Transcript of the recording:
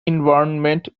environment